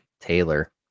Taylor